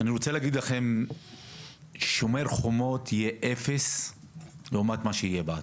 אני רוצה להגיד לכם ש-"שומר החומות" זה אפס לעומת מה שיהיה בעתיד.